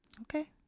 Okay